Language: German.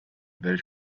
welt